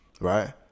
right